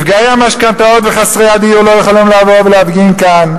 נפגעי המשכנתאות וחסרי הדיור לא יכולים לבוא ולהפגין כאן,